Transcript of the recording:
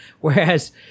Whereas